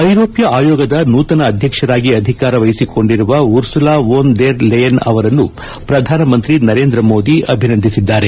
ಐರೋಷ್ನ ಆಯೋಗದ ನೂತನ ಅಧ್ಯಕ್ಷರಾಗಿ ಅಧಿಕಾರ ವಹಿಸಿಕೊಂಡಿರುವ ಉರ್ಸುಲಾ ವೋನ್ ದೆರ್ ಲೆಯೆನ್ ಅವರನ್ನು ಪ್ರಧಾನಮಂತ್ರಿ ನರೇಂದ್ರ ಮೋದಿ ಅಭಿನಂದಿಸಿದ್ದಾರೆ